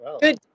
good